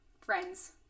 Friends